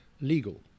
legal